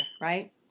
Right